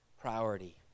priority